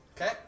Okay